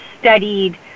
studied